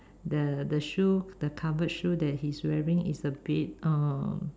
the the shoe the covered shoe that he's wearing is a bit uh